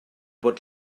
bod